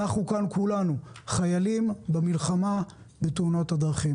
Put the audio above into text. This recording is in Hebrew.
כולנו כאן חיילים במלחמה בתאונות הדרכים.